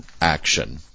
action